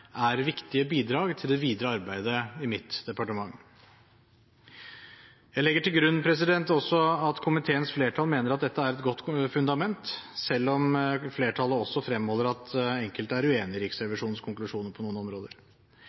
er viktige bidrag til det videre arbeidet i mitt departement. Jeg legger også til grunn at komiteens flertall mener at dette er et godt fundament, selv om flertallet også fremholder at enkelte er uenig i Riksrevisjonens konklusjoner på noen områder.